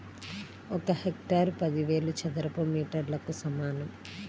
ఒక హెక్టారు పదివేల చదరపు మీటర్లకు సమానం